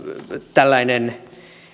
tällainen